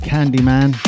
Candyman